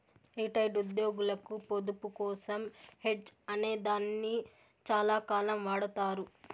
retired ఉద్యోగులకు పొదుపు కోసం హెడ్జ్ అనే దాన్ని చాలాకాలం వాడతారు